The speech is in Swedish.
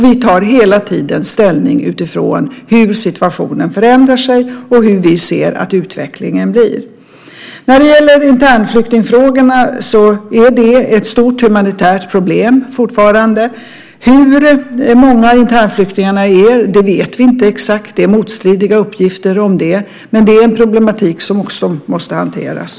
Vi tar hela tiden ställning utifrån hur situationen förändrar sig och hur vi ser att utvecklingen blir. Internflyktingarna är fortfarande ett stort humanitärt problem. Hur många internflyktingarna är vet vi inte exakt. Det är motstridiga uppgifter om det. Men det är en problematik som måste hanteras.